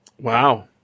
Wow